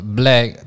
black